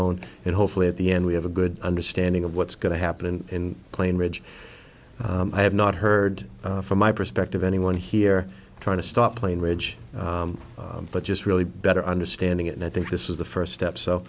own and hopefully at the end we have a good understanding of what's going to happen in plain ridge i have not heard from my perspective anyone here trying to stop playing ridge but just really better understanding it and i think this is the first step